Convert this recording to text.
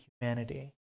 humanity